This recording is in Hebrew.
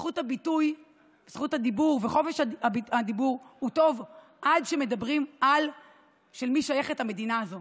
זכות הדיבור וחופש הדיבור הם טובים עד שמדברים על למי שייכת המדינה הזו.